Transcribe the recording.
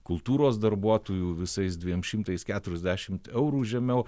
kultūros darbuotojų visais dviem šimtais keturiasdešimt eurų žemiau